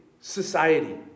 society